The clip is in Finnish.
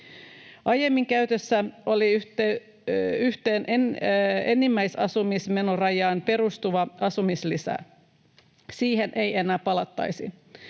Aiemmin käytössä oli enimmäisasumismenorajaan perustuva asumislisä. Siihen ei enää palattaisi.